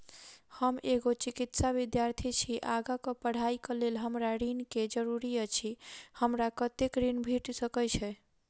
हम एगो चिकित्सा विद्यार्थी छी, आगा कऽ पढ़ाई कऽ लेल हमरा ऋण केँ जरूरी अछि, हमरा कत्तेक ऋण भेट सकय छई?